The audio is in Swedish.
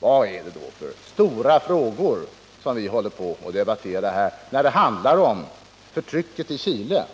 Vad är det då för stora frågor som vi här håller på och debatterar? Det handlar ju om